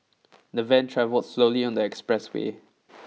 the van travelled slowly on the expressway